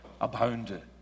abounded